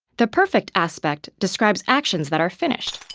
the perfect aspect describes actions that are finished.